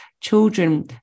children